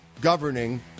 governing